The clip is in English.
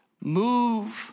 move